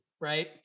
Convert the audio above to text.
right